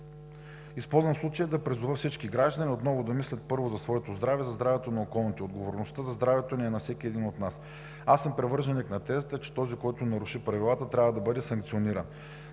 Използвам случая да призова всички граждани отново да мислят за своето здраве и за здравето на околните! Отговорността за здравето ни е на всеки един от нас. Аз съм привърженик на тезата, че този, който наруши правилата, трябва да бъде санкциониран.